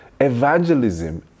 evangelism